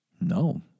No